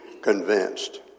convinced